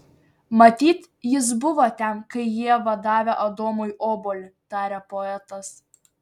matyt jis buvo ten kai ieva davė adomui obuolį tarė poetas